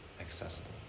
accessible